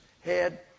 head